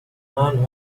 man